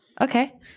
Okay